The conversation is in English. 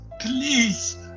please